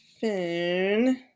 phone